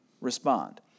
respond